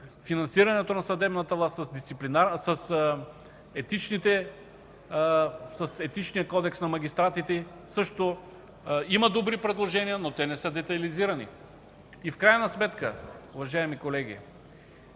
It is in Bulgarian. финансирането на съдебната власт, с Етичния кодекс на магистратите, също има добри предложения, но те не са детайлизирани. В крайна сметка, уважаеми колеги,